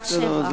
עד 7. טוב,